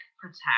protect